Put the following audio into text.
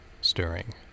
stirring